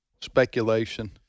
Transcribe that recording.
speculation